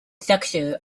sector